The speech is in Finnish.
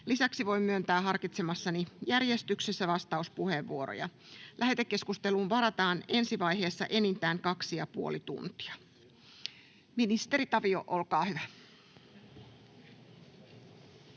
Lisäksi voin myöntää harkitsemassani järjestyksessä vastauspuheenvuoroja. Lähetekeskusteluun varataan ensi vaiheessa enintään kaksi ja puoli tuntia. — Ministeri Tavio, olkaa hyvä.